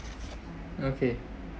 okay